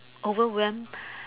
overwhelmed